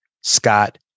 Scott